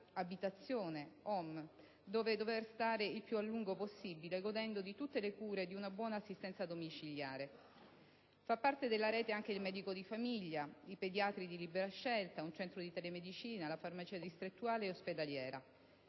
la propria abitazione (*home*), dove stare il più a lungo possibile godendo di tutte le cure di una buona assistenza domiciliare. Fanno parte della rete anche il medico di famiglia, i pediatri di libera scelta, un centro di telemedicina, la farmacia distrettuale e ospedaliera.